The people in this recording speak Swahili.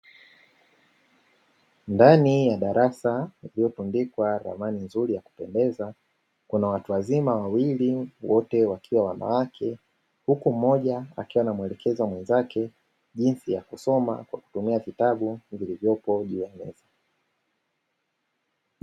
Ndani ya darasa lililotundikwa ramani nzuri ya kupendeza kuna watu wazima wawili wote wakiwa wanawake, huku mmoja akiwa anamuelekeza mwenzake jinsi ya kusoma kwa kutumia vitabu vilivyopo juu ya meza.